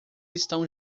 estão